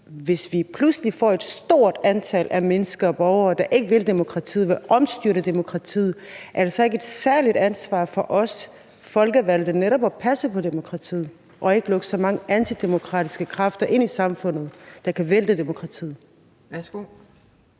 hvis vi pludselig får et stort antal af mennesker og borgere, der ikke vil demokratiet, vil omstyrte demokratiet, er det så ikke et særligt ansvar for os folkevalgte netop at passe på demokratiet og ikke lukke så mange antidemokratiske kræfter ind i samfundet, der kan vælte demokratiet?